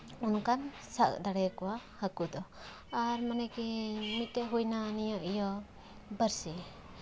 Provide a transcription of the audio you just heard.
ᱚᱱᱠᱟ ᱥᱟᱵ ᱫᱟᱲᱮ ᱟᱠᱚᱣᱟ ᱦᱟᱹᱠᱩ ᱫᱚ ᱟᱨ ᱢᱟᱱᱮ ᱱᱤᱛᱚᱜ ᱦᱩᱭᱱᱟ ᱤᱭᱟᱹ ᱱᱤᱭᱟᱹ ᱵᱟᱬᱥᱤ